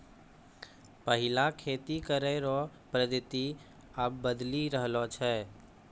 पैहिला खेती करै रो पद्धति आब बदली रहलो छै